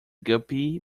guppy